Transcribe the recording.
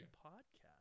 podcast